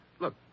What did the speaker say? Look